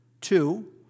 Two